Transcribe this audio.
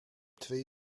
twee